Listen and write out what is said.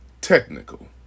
technical